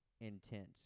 intense